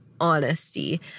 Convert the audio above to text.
honesty